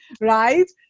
Right